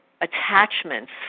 attachments